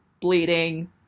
bleeding